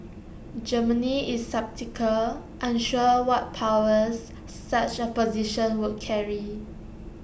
Germany is sceptical unsure what powers such A position would carry